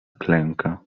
klęka